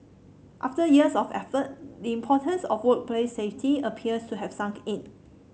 after years of effort the importance of workplace safety appears to have sunk in